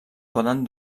poden